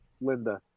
Linda